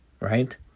right